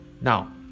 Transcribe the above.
Now